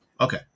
okay